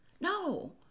No